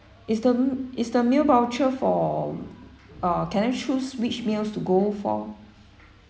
is the m~ is the meal voucher for uh can I choose which meals to go for